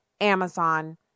Amazon